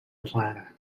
atlanta